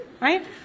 Right